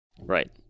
Right